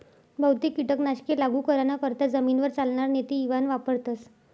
बहुतेक कीटक नाशके लागू कराना करता जमीनवर चालनार नेते इवान वापरथस